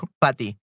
Patty